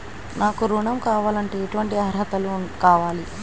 నాకు ఋణం కావాలంటే ఏటువంటి అర్హతలు కావాలి?